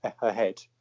ahead